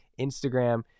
Instagram